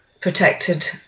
protected